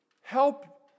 help